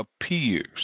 appears